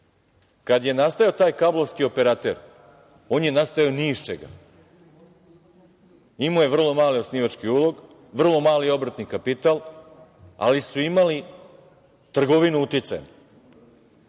je nastajao taj kablovski operater, on je nastajao ni iz čega. Imao je vrlo mali osnivački ulog, vrlo mali obrtni kapital, ali su imali trgovinu uticajem.